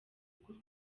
bw’u